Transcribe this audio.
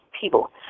people